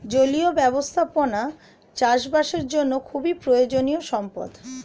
জলীয় ব্যবস্থাপনা চাষবাসের জন্য খুবই প্রয়োজনীয় সম্পদ